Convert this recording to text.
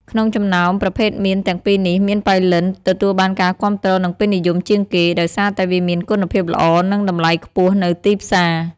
ក្នុងចំណោមប្រភេទមៀនទាំងពីរនេះ មៀនប៉ៃលិន ទទួលបានការគាំទ្រ និងពេញនិយមជាងគេ ដោយសារតែវាមានគុណភាពល្អ និងតម្លៃខ្ពស់នៅទីផ្សារ។